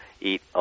eat